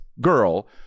girl